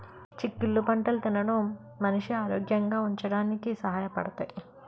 చిక్కుళ్ళు పంటలు తినడం మనిషి ఆరోగ్యంగా ఉంచడానికి సహాయ పడతాయి